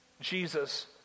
Jesus